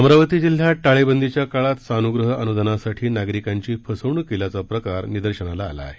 अमरावती जिल्ह्यात टाळेबंदीच्या काळात सानुप्रह अनुदानासाठी नागरिकांची फसवणूक केल्याचा प्रकार निदर्शनास आला आहे